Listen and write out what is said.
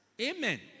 Amen